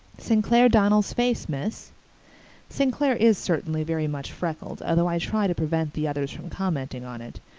st. clair donnell's face, miss st. clair is certainly very much freckled, although i try to prevent the others from commenting on it.